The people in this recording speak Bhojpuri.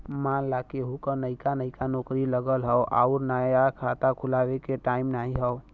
मान ला केहू क नइका नइका नौकरी लगल हौ अउर नया खाता खुल्वावे के टाइम नाही हौ